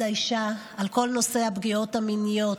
האישה בדיון על כל נושא הפגיעות המיניות.